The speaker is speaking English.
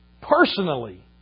personally